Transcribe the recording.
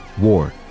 war